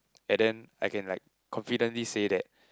and then I can like confidently say that